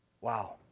Wow